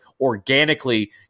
organically